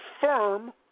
firm